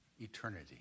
eternity